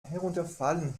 herunterfallen